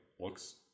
looks